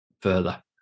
further